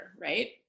right